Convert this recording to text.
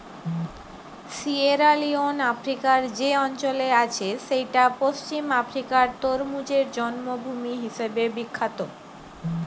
Sierra Leone আফ্রিকার যে অঞ্চলে আছে সেইটা পশ্চিম আফ্রিকার তরমুজের জন্মভূমি হিসাবে বিখ্যাত